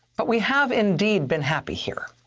but we have indeed been happy here.